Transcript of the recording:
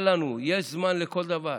אל לנו, יש זמן לכל דבר.